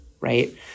right